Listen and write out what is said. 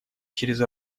через